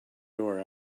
door